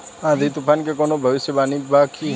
आँधी तूफान के कवनों भविष्य वानी बा की?